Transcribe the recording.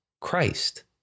Christ